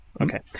okay